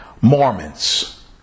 Mormons